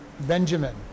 Benjamin